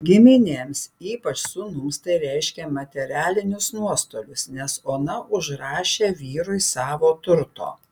giminėms ypač sūnums tai reiškė materialinius nuostolius nes ona užrašė vyrui savo turto